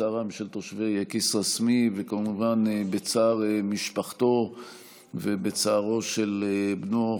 בצערם של תושבי כסרא-סמיע וכמובן בצער משפחתו ובצערו של בנו,